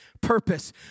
purpose